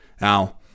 Now